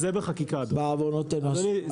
זה בחקיקה, אדוני.